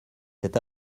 cet